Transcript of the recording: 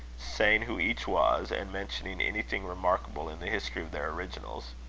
saying who each was, and mentioning anything remarkable in the history of their originals.